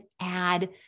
add